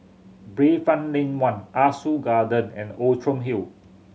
Bayfront Lane One Ah Soo Garden and Outram Hill